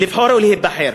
לבחור ולהיבחר.